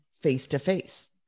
face-to-face